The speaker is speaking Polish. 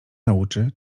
nauczy